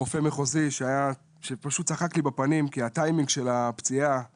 רופא מחוזי שפשוט צחק לי בפנים כי הטיימינג של הפציעה